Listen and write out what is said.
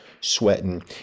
sweating